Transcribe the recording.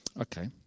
Okay